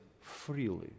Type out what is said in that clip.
freely